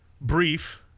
brief